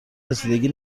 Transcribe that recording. رسیدگی